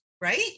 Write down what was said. right